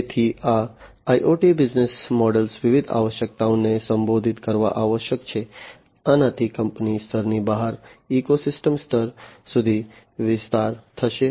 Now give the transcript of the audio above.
તેથી આ IoT business મોડલ્સે વિવિધ આવશ્યકતાઓને સંબોધિત કરવી આવશ્યક છે આનાથી કંપની સ્તરની બહાર ઇકોસિસ્ટમ સ્તર સુધી વિસ્તાર થશે